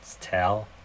tell